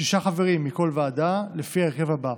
שישה חברים מכל ועדה, לפי ההרכב הבא: